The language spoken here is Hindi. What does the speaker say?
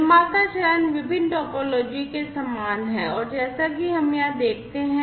निर्माता चरण विभिन्न टोपोलॉजी के समान है और जैसा कि हम यहां देखते हैं